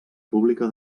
pública